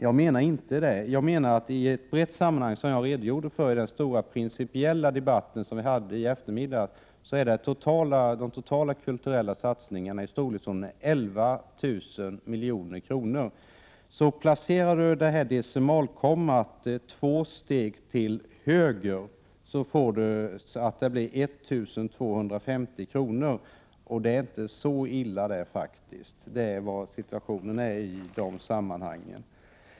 Jag menar att det inte är det. I ett större sammanhang, som jag redogjorde för i den stora principiella debatten i eftermiddags, sade jag att de totala kulturella satsningarna är i storleksordningen 11 000 milj.kr. Placerar man decimalkommat rätt blir summan 1 250 kr. — det är inte så illa. Sådan är situationen. Herr talman!